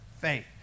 faith